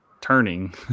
turning